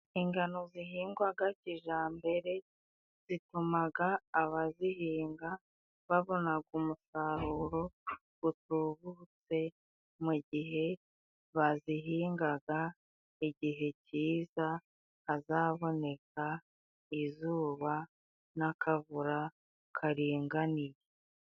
Ingano zihingwaga kijambere zitumaga abazihinga babonaga umusaruro gutubutse, mu gihe bazihingaga mu igihe ciza hazaboneka izuba n'akavura karinganiye.